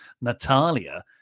Natalia